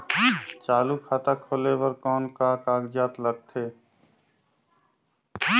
चालू खाता खोले बर कौन का कागजात लगथे?